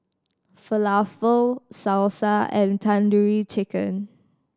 Falafel Salsa and Tandoori Chicken